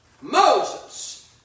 Moses